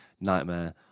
nightmare